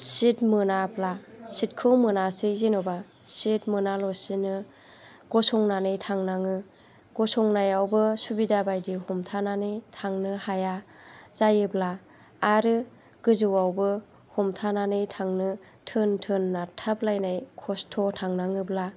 seat मोनाब्ला सिटखौ मोनासै जेनेबा सिट मोनालासिनो गसंनानै थांनाङो गसंनायावबो सुबिदा बायदि हमथानानै थांनो हाया जायोब्ला आरो गोजौआवबो हमथानानै थांनो थोन थोन नारथाबलायनाय खस्त' थांनाङोब्ला